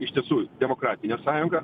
iš tiesų demokratinė sąjunga